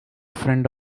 friend